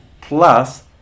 plus